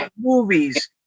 movies